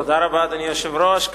תודה רבה, אדוני היושב-ראש.